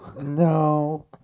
No